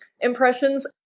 impressions